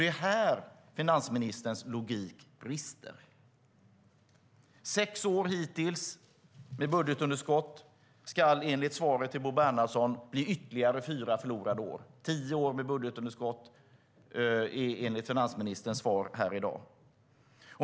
Det är här finansministerns logik brister. Det är hittills sex år med budgetunderskott. Det ska enligt svaret till Bo Bernhardsson bli ytterligare fyra förlorade år. Det är tio år med budgetunderskott, enligt finansministerns svar i dag.